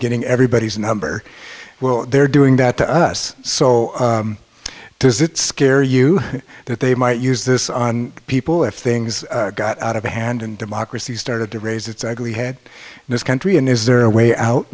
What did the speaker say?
getting everybody's number well they're doing that to us so does it scare you that they might use this on people if things got out of hand and democracy started to raise its ugly head in this country and is there a way